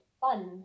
fun